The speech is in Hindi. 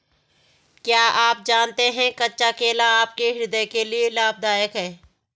क्या आप जानते है कच्चा केला आपके हृदय के लिए लाभदायक है?